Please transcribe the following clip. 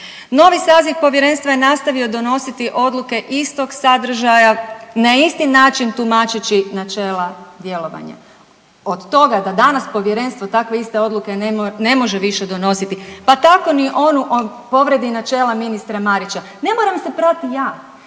Novi saziv povjerenstva je nastavio donositi odluke istog sadržaja, na isti način tumačeći načela djelovanja, od toga da danas povjerenstvo takve iste odluke ne može više donositi pa tako ni onu o povredi načela ministra Marića. Ne moram se prati ja,